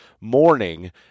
morning